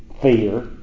fear